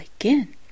again